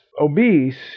obese